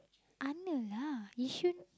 under lah Yishun